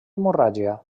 hemorràgia